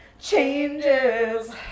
changes